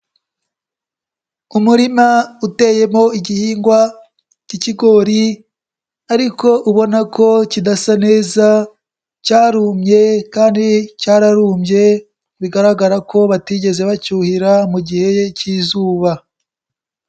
Umurima uteyemo igihingwa cy'ikigori ariko ubona ko kidasa neza, cyarumye kandi cyararumbye bigaragara ko batigeze bacyuhira mu gihe cy'izuba.